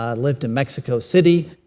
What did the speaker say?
ah lived in mexico city,